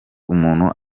umuntu